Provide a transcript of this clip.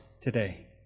today